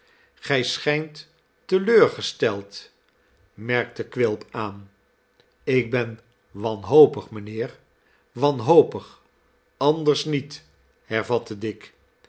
te leur gesteld merkte quilp aan ik ben wanhopig mijnheer wanhopig anders niet hervatte dick